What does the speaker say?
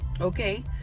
okay